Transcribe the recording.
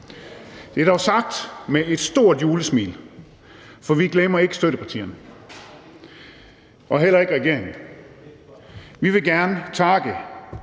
Det er dog sagt med et stort julesmil, for vi glemmer ikke støttepartierne og heller ikke regeringen. Vi vil gerne takke